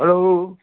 hello